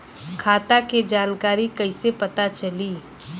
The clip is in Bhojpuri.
खाता के जानकारी कइसे पता चली?